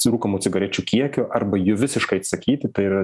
surūkomų cigarečių kiekio arba jų visiškai atssiakyti tai yra